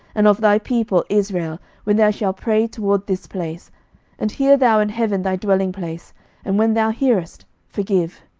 and of thy people israel, when they shall pray toward this place and hear thou in heaven thy dwelling place and when thou hearest, forgive.